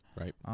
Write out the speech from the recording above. Right